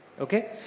Okay